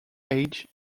age